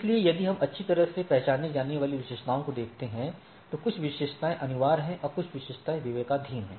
इसलिए यदि हम अच्छी तरह से पहचानी जाने वाली विशेषताओं को देखते हैं तो कुछ विशेषताएँ अनिवार्य हैं और कुछ विशेषताएँ विवेकाधीन हैं